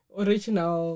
original